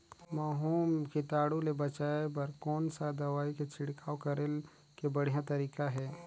महू कीटाणु ले बचाय बर कोन सा दवाई के छिड़काव करे के बढ़िया तरीका हे?